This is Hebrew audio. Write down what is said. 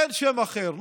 אין שם אחר.